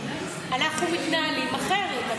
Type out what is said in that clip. אנחנו מתנהלים אחרת.